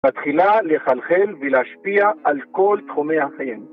מתחילה לחלחל ולהשפיע על כל תחומי החיים